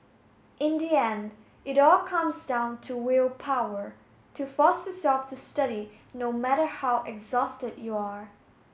in the end it all comes down to willpower to force yourself to study no matter how exhausted you are